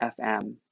FM